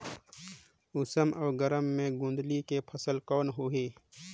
उमस अउ गरम मे गोंदली के फसल कौन होही?